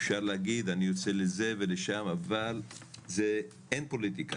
אין פוליטיקה,